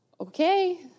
Okay